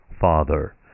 father